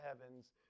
heavens